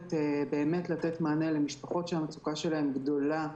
והיכולת באמת לתת מענה למשפחות שהמצוקה שלהן גדולה,